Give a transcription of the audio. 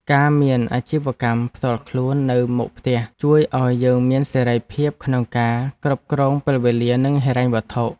ការមានអាជីវកម្មផ្ទាល់ខ្លួននៅមុខផ្ទះជួយឱ្យយើងមានសេរីភាពក្នុងការគ្រប់គ្រងពេលវេលានិងហិរញ្ញវត្ថុ។